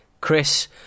Chris